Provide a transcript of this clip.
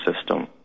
system